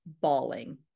bawling